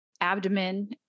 abdomen